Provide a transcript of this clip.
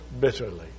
bitterly